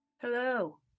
hello